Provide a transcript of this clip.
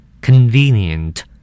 Convenient